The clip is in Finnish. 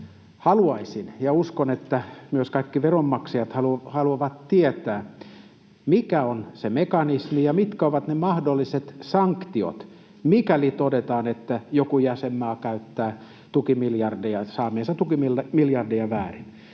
Haluaisin — ja uskon, että myös kaikki veronmaksajat haluavat — tietää, mikä on se mekanismi ja mitkä ovat ne mahdolliset sanktiot, mikäli todetaan, että joku jäsenmaa käyttää saamiansa tukimiljardeja väärin.